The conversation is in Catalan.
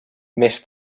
més